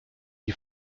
die